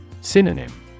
Synonym